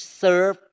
serve